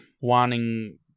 wanting